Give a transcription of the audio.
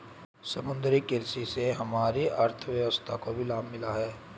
समुद्री कृषि से हमारी अर्थव्यवस्था को भी लाभ मिला है